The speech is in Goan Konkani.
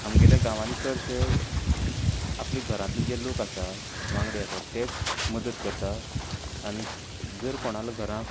आमगेल्या गांवांनी चडशें आपल्या घरांतले जे लोक आसा वांगडी आसा तेच मदत करतात आनीक जर कोणाले घरांत